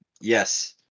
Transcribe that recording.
yes